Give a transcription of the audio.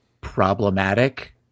problematic